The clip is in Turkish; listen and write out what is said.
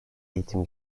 eğitim